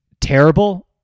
terrible